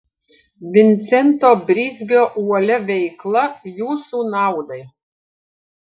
vincento brizgio uolia veikla jūsų naudai